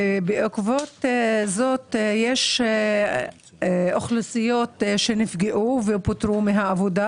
בעקבות זאת יש אוכלוסיות שנפגעו ופוטרו מהעבודה,